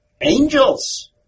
Angels